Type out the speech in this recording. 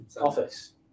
Office